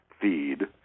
feed